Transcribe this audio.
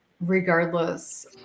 regardless